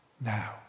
now